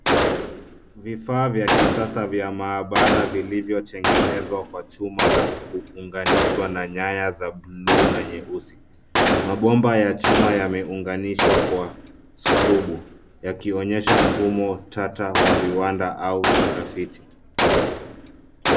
Vifaa vya kisasa vya maabara vilivyo tengenezwa kwa chuma na kuunganishwa na nyaya za bluu na nyeusi . Mabomba ya chuma yameunganishwa kwa skrubu yakionyesha mfumo tata wa viwanda au utafiti.